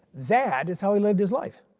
that is how he lived his life.